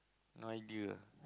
no idea